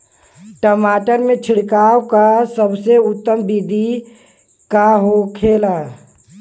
टमाटर में छिड़काव का सबसे उत्तम बिदी का होखेला?